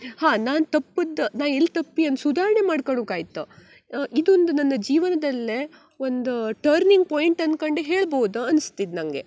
ಹಾಂ ನಾನು ತಪ್ಪಿದ್ದ ನಾ ಎಲ್ಲಿ ತಪ್ಪಿ ಅನ್ ಸುಧಾರಣೆ ಮಾಡ್ಕೊಳುಕಾಯ್ತ ಇದೊಂದು ನನ್ನ ಜೀವನದಲ್ಲೇ ಒಂದು ಟರ್ನಿಂಗ್ ಪಾಯಿಂಟ್ ಅನ್ಕೊಂಡೆ ಹೇಳ್ಬೋದು ಅನ್ಸ್ತು ಇದು ನನಗೆ